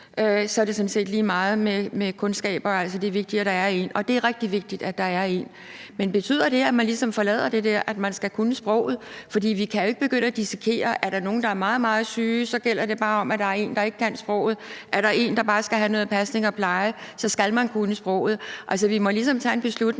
sådan set er lige meget med kundskaberne, og at det er vigtigere, at der er nogen. Og det er rigtig vigtigt, at der er nogen. Men betyder det, at man ligesom forlader det der med, at man skal kunne sproget? For vi kan jo ikke begynde at differentiere det, altså at det, hvis der er nogen, der er meget, meget syge, så bare gælder om, at der er nogen, også nogen, der ikke kan sproget, og at man, hvis det er nogen, der bare skal have noget pasning og pleje, så skal kunne sproget. Vi må ligesom tage en beslutning,